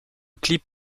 clip